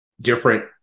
different